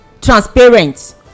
transparent